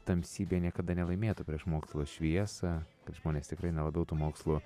tamsybė niekada nelaimėtų prieš mokslo šviesą kad žmonės tikrai na labiau tuo mokslu